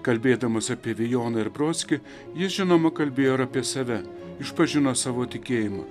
kalbėdamas apie vijoną ir brodskį jis žinoma kalbėjo ir apie save išpažino savo tikėjimą